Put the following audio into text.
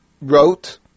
wrote